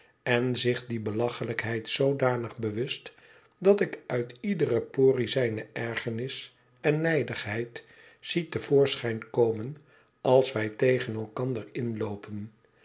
en zich die belachelijkheid zoodanig bewust dat ik uit iedere porie zijne ergernis en nijdigheid zie te voorschijn komen als wij tegen elkander inloopen